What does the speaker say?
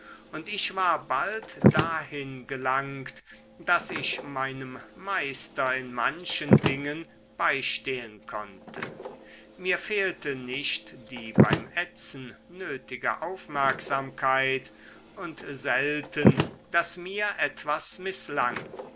und ich war bald dahin gelangt daß ich meinem meister in manchen dingen beistehen konnte mir fehlte nicht die beim ätzen nötige aufmerksamkeit und selten daß mir etwas mißlang